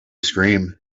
scream